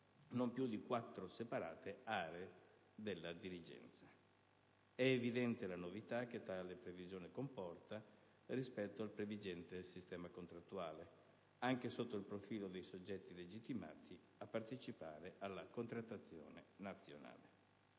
non più di quattro separate aree della dirigenza. È evidente la novità che tale previsione comporta rispetto al previgente sistema contrattuale, anche sotto il profilo dei soggetti legittimati a partecipare alla contrattazione nazionale.